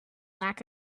lack